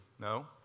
No